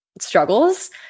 struggles